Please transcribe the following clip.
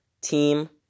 team